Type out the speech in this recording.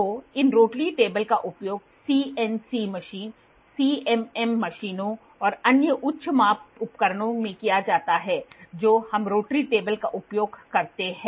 तो इन rotary table का उपयोग CNC मशीन CMM मशीनों और अन्य उच्च माप उपकरणों में किया जाता है जो हम रोटरी टेबल का उपयोग करते हैं